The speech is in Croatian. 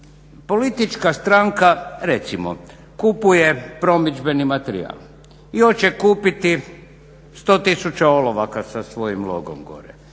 politička stranka recimo kupuje promidžbeni materijal i on će kupiti 100 tisuća olovaka sa svojim logom gore